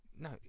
No